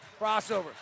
crossover